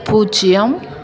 பூஜ்ஜியம்